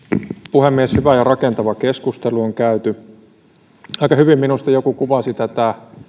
puhemies hyvä ja rakentava keskustelu on käyty aika hyvin minusta joku kuvasi tätä